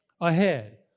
Ahead